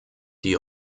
die